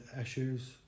issues